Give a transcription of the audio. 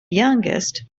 youngest